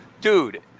Dude